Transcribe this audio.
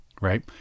Right